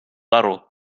aru